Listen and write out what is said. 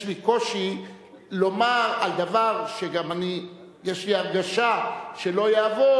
יש לי קושי לומר על דבר שגם יש לי הרגשה שלא יעבור,